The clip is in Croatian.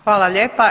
Hvala lijepa.